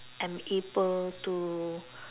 am able to